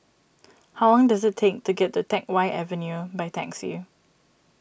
how long does it take to get to Teck Whye Avenue by taxi